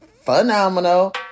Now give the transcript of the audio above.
Phenomenal